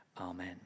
Amen